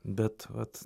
bet vat